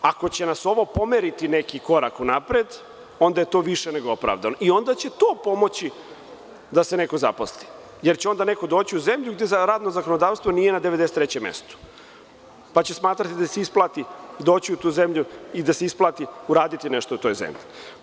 Ako će nas ovo pomeriti neki korak unapred, onda je to više nego opravdana i onda će to pomoći da se neko zaposli, jer će onda doći u zemlju gde radno zakonodavstvo nije na 93. mestu, pa će smatrati da se isplati doći u tu zemlju i da se isplati uraditi nešto u toj zemlji.